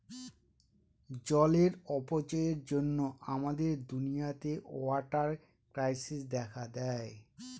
জলের অপচয়ের জন্য আমাদের দুনিয়াতে ওয়াটার ক্রাইসিস দেখা দেয়